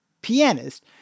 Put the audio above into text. pianist